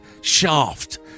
Shaft